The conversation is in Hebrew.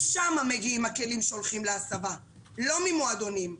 משם מגיעים הכלים שמגיעים להסבה ולא ממועדונים.